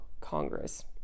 Congress